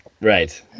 Right